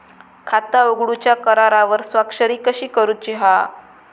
खाता उघडूच्या करारावर स्वाक्षरी कशी करूची हा?